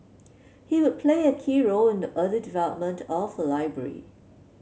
he would play a key role in the early development of a library